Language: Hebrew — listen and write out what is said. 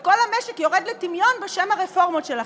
וכל המשק יורד לטמיון בשם הרפורמות שלכם.